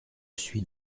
suis